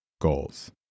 goals